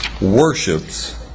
worships